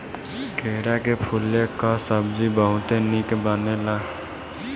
केरा के फूले कअ सब्जी बहुते निक बनेला